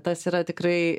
tas yra tikrai